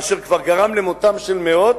אשר כבר גרם למותם של מאות.